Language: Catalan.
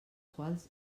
quals